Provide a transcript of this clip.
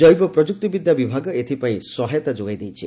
ଜୈବ ପ୍ରଯୁକ୍ତି ବିଦ୍ୟା ବିଭାଗ ଏଥିପାଇଁ ସହାୟତା ଯୋଗାଇ ଦେଇଛି